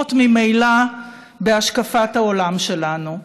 שתומכות ממילא בהשקפת העולם שלנו.